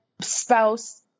spouse